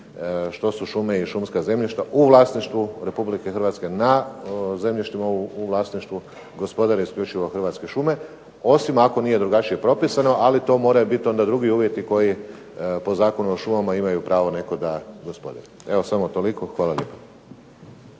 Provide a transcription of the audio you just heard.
što su šume i šumska zemljišta u vlasništvu Republike Hrvatske na zemljištima u vlasništvu gospodare isključivo Hrvatske šume, osim ako nije drugačije propisano, ali to moraju biti onda drugi uvjeti koji po Zakonu o šumama imaju pravo neko da gospodare. Evo samo toliko. Hvala lijepo.